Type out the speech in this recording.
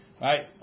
Right